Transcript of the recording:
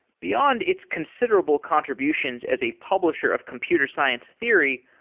beyond its considerable contributions as a publisher of computer science theory,